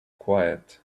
quiet